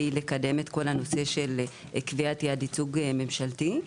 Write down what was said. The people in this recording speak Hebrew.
לקדם את כל נושא קביעת יעד ייצוג ממשלתי.